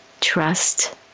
trust